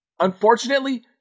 Unfortunately